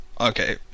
Okay